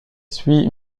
suit